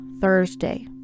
Thursday